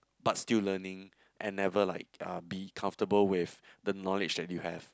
but still learning and never like uh be comfortable with the knowledge that you have